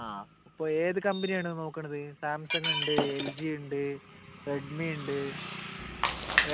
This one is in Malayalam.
ആ അപ്പോൾ ഏത് കമ്പനിയാണ് നോക്കണത് സാംസങ്ങ് ഉണ്ട് എൽ ജി ഉണ്ട് റെഡ്മി ഉണ്ട്